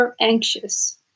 anxious